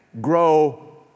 grow